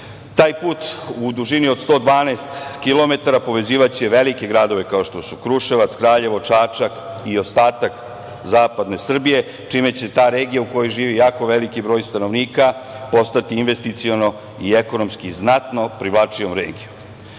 Taj put u dužini od 112 kilometara povezivaće velike gradove kao što su Kruševac, Kraljevo, Čačak i ostatak zapadne Srbije, čime će ta regija u kojoj živi jako veliki broj stanovnika postati investiciono i ekonomski znatno privlačnija regija. Uz